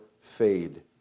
fade